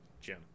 Jim